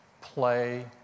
play